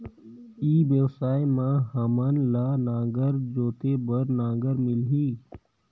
ई व्यवसाय मां हामन ला नागर जोते बार नागर मिलही?